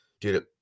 Dude